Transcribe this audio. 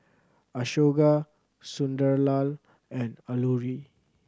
Ashoka Sunderlal and Alluri